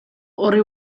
horri